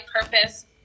purpose